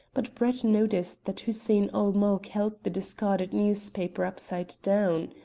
but brett noticed that hussein-ul-mulk held the discarded newspaper upside down.